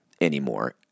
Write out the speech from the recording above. anymore